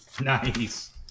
Nice